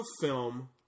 film